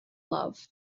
love